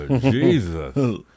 Jesus